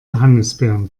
johannisbeeren